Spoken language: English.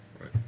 Right